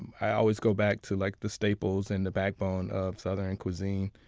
i always go back to like the staples and the backbone of southern cuisine,